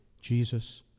Jesus